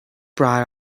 bride